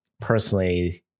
personally